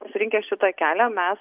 pasirinkę šitą kelią mes